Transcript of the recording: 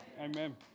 Amen